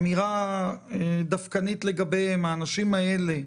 אמירה דווקאית לגביהם, האנשים האלה,